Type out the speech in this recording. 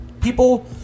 people